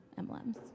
MLMs